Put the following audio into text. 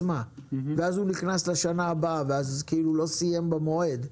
ואז הוא נכנס לשנה הבאה וכאילו לא סיים במועד.